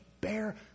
bear